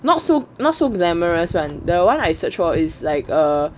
not so not so glamorous one the one I search for is like a